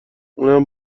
اونم